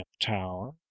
Tower